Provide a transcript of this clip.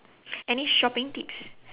any shopping tips